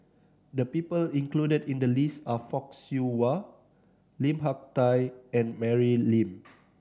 the people included in the list are Fock Siew Wah Lim Hak Tai and Mary Lim